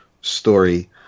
story